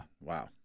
Wow